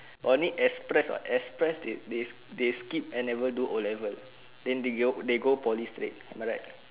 only express [what] express they they they skip N level do O level then they go they go poly straight am I right